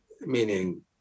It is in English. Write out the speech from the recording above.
meaning